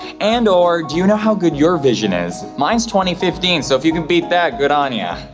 and or, do you know how good your vision is? mine's twenty fifteen, so if you can beat that, good on ya'.